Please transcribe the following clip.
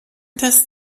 das